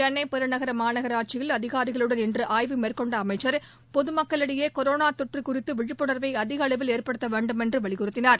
சென்னை பெருநகர மாநகராட்சியில் அதிகாரிகளுடன் இன்று ஆய்வு மேற்கொண்ட அமைச்சா் பொது மக்களிடையே கொரோனா தொற்று குறித்து விழிப்புணா்வை அதிகளவில் ஏற்படுத்த வேண்டும் என்று வலியுறுத்தினார்